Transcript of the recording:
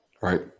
right